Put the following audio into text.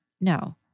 No